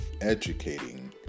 educating